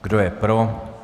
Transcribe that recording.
Kdo je pro?